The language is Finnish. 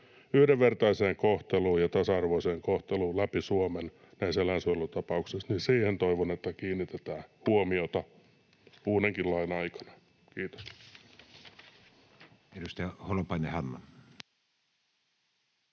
yhdenvertaiseen kohteluun ja tasa-arvoiseen kohteluun läpi Suomen näissä eläinsuojelutapauksissa kiinnitetään huomiota uudenkin lain aikana. — Kiitos.